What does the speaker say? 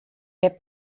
heb